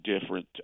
different